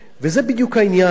וזה בדיוק העניין.